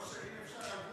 תודה רבה.